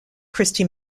christy